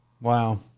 Wow